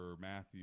Matthew